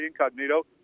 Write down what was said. Incognito